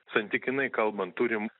santykinai kalbant turim